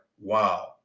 wow